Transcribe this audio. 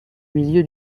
milieu